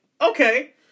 Okay